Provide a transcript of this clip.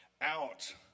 out